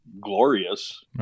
glorious